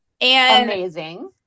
amazing